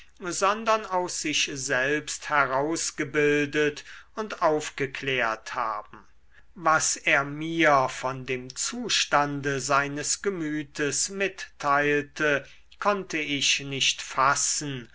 sondern aus sich selbst herausgebildet und aufgeklärt haben was er mir von dem zustande seines gemütes mitteilte konnte ich nicht fassen